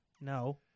No